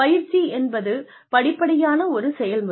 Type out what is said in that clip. பயிற்சி என்பது படிப்படியான ஒரு செயல்முறை